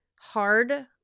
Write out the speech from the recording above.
hard